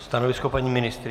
Stanovisko paní ministryně?